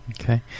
Okay